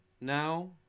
now